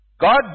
God